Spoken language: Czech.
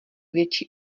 větší